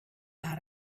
out